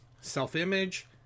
self-image